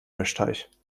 löschteich